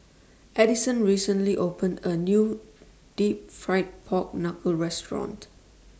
Addyson recently opened A New Deep Fried Pork Knuckle Restaurant